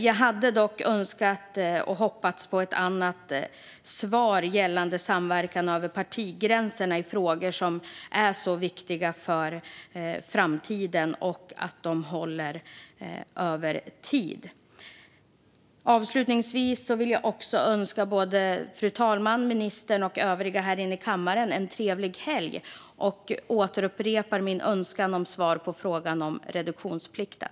Jag hade dock hoppats på ett annat svar gällande samverkan över partigränserna i frågor som är så viktiga för framtiden och hållbarheten över tid. Avslutningsvis önskar jag fru talmannen, ministern och övriga i kammaren en trevlig helg och upprepar min önskan om svar på frågan om reduktionsplikten.